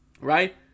right